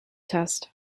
test